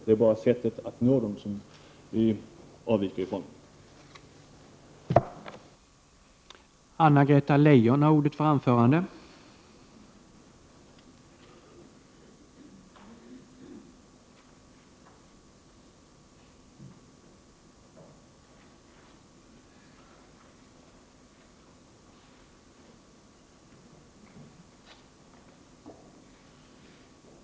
Det är bara i fråga om sättet att nå dem som vi har en avvikande mening.